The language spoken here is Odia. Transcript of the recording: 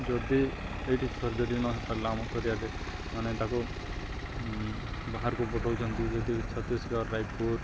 ଯଦି ଏଇଠି ସର୍ଜରୀ ନ ଆମ କରିବାରେ ମାନେ ତାକୁ ବାହାରକୁ ପଠଉଛନ୍ତି ଯଦି ଛତିଶଗଡ଼ ରାୟପୁର